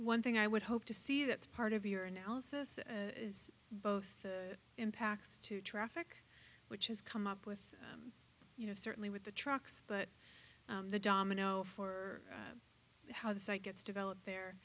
one thing i would hope to see that's part of your analysis is both the impacts to traffic which has come up with you know certainly with the trucks but the domino for how the site gets developed there